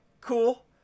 cool